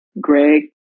Greg